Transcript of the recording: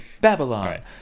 Babylon